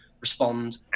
respond